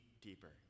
deeper